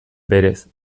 berez